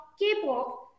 K-pop